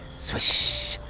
swish,